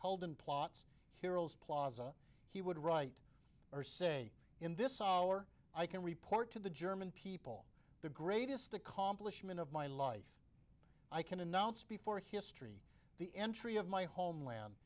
hold in plots heroes plaza he would write or say in this hour i can report to the german people the greatest accomplishment of my life i can announce before history the entry of my homeland